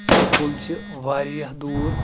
school چھِ واریاہ دوٗر